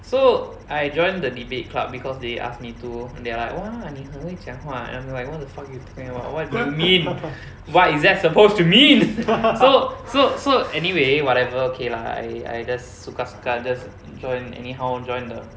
so I joined the debate club because they asked me to they are like !wah! 你很会讲话 and I'm like what the fuck you talking about what do you mean what is that supposed to mean so so so anyway whatever okay lah I I just suka suka just join anyhow join the